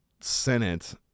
Senate